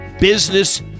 business